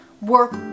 work